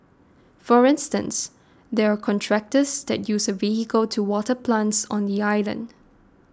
for instance there are contractors that use a vehicle to water plants on the island